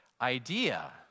idea